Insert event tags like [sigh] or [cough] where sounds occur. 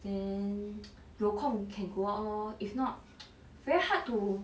then [noise] 有空 can go out lor if not [noise] very hard to